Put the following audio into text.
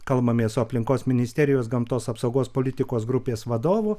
kalbamės su aplinkos ministerijos gamtos apsaugos politikos grupės vadovu